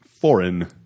foreign